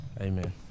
Amen